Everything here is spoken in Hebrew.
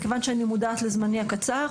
מכיוון שאני מודעת לזמני הקצר,